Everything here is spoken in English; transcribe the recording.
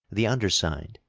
the undersigned,